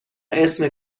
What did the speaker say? اسم